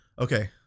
Okay